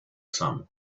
some